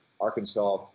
Arkansas